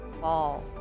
fall